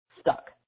stuck